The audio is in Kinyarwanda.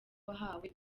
wahawe